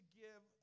give